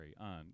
on